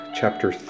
chapter